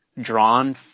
drawn